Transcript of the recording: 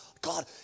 God